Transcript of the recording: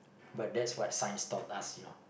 but that's what science taught us you know